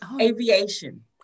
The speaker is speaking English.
aviation